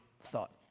thought